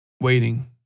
Waiting